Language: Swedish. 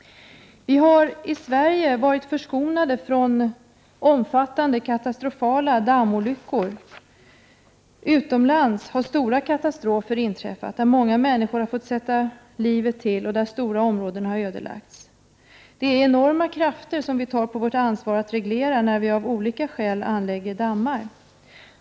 Vi har i Sverige varit förskonade från omfattande katastrofala dammolyckor. Utomlands har stora katastrofer inträffat, där många människor har fått sätta livet till och där stora områden har ödelagts. Det är enorma krafter som vi tar på vårt ansvar att reglera då vi av olika skäl anlägger dammar.